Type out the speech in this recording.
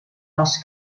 dels